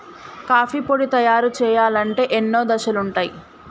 coffee పొడి తయారు చేయాలంటే ఎన్నో దశలుంటయ్